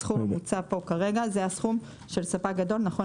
הסכום המוצע פה כרגע הוא זה של ספק גדול נכון